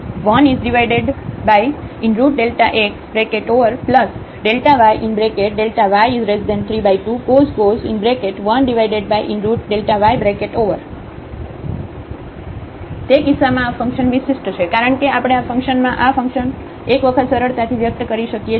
0⋅Δx0⋅ΔyΔxx32sin 1x ΔyΔy32cos 1y તેથી તે કિસ્સામાં આ ફંકશન વિશિષ્ટ છે કારણ કે આપણે આ ફંકશનમાં આ ફંકશનમાં એક વખત સરળતાથી વ્યક્ત કરી શકીએ છીએ